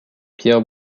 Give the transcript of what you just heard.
pierre